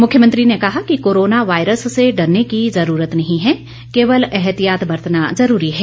मुख्यमंत्री ने कहा कि कोरोना वायरस से डरने की जरूरत नहीं है केवल एहतितात बरतना जरूरी है